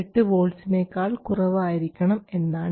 8 വോൾട്ട്സിനേക്കാൾ കുറവായിരിക്കണം എന്നാണ്